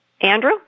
Andrew